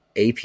AP